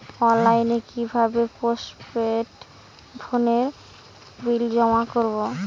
অনলাইনে কি ভাবে পোস্টপেড ফোনের বিল জমা করব?